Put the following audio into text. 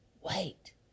wait